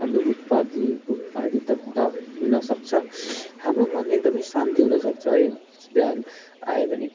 हाम्रो उत्पादी हुन सक्छ हाम्रो मन एकदमै शान्ति हुन सक्छ है बिहान आयो भने